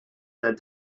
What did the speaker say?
that